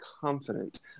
confident